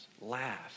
laugh